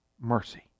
mercy